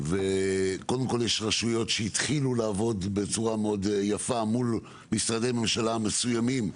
קודם כל יש רשויות שהתחילו לעבוד יפה מאוד מול משרדי ממשלה מסוימים,